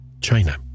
China